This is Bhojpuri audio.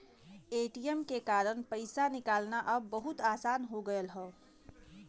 ए.टी.एम के कारन पइसा निकालना अब बहुत आसान हो गयल हौ